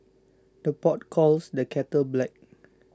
the pot calls the kettle black